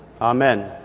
Amen